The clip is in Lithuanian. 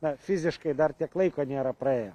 na fiziškai dar tiek laiko nėra praėję